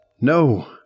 No